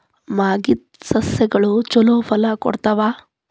ಮಾಗಿದ್ ಸಸ್ಯಗಳು ಛಲೋ ಫಲ ಕೊಡ್ತಾವಾ?